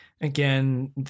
again